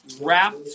wrapped